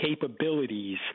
capabilities